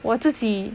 我自己